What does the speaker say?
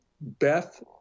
Beth